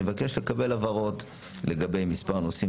אני מבקש לקבל הבהרות לגבי מספר נושאים,